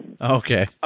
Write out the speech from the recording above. Okay